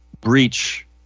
breach